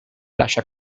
lascia